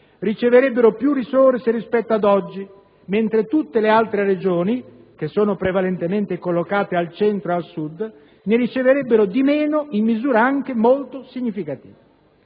riceverebbero più risorse rispetto ad oggi, mentre tutte le altre Regioni, che sono prevalentemente collocate al Centro e al Sud, ne riceverebbero di meno in misura anche molto significativa.